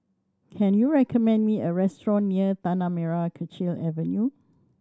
can you recommend me a restaurant near Tanah Merah Kechil Avenue